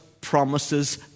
promises